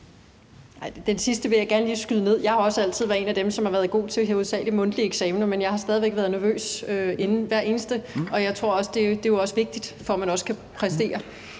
den sidste vil jeg gerne lige skyde ned. Jeg har også altid været en af dem, som har været god til hovedsagelig mundtlige eksamener, men jeg har stadig væk været nervøs inden hver eneste, og jeg tror også, det er vigtigt for at kunne præstere.